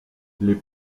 les